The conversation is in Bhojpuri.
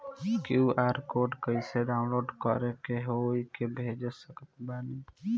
क्यू.आर कोड कइसे डाउनलोड कर के केहु के भेज सकत बानी?